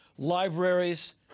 Libraries